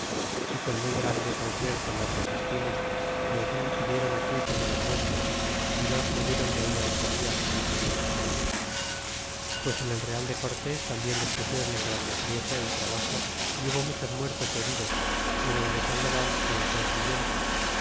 y con muy grande concierto les resistimos y allí hirieron quince de los nuestros y dos murieron de ahi ocho dias de las heridas pues en el real de cortes tambien les pusieron en grande aprieto y trabajo y hubo muchos muertos y heridos y en el de sandoval por el consiguiente